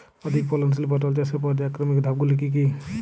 অধিক ফলনশীল পটল চাষের পর্যায়ক্রমিক ধাপগুলি কি কি?